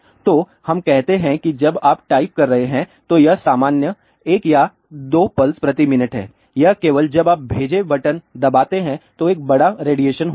तो हम कहते हैं कि जब आप टाइप कर रहे हैं तो यह सामान्य 1 या 2 पल्स प्रति मिनट है यह केवल जब आप भेजें बटन दबाते हैं तो एक बड़ा रेडिएशन होता है